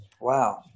Wow